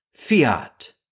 fiat